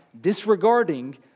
disregarding